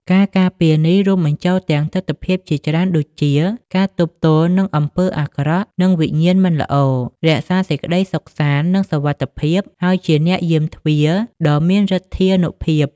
ការការពារនេះរួមបញ្ចូលទាំងទិដ្ឋភាពជាច្រើនដូចជា ការទប់ទល់នឹងអំពើអាក្រក់ និងវិញ្ញាណមិនល្អ រក្សាសេចក្តីសុខសាន្ត និងសុវត្ថិភាព ហើយជាអ្នកយាមទ្វារដ៏មានឫទ្ធានុភាព។